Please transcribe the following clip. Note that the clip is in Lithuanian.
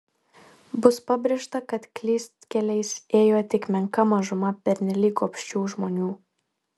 bus pabrėžta kad klystkeliais ėjo tik menka mažuma pernelyg gobšių žmonių